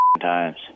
times